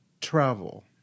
travel